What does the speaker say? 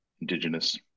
indigenous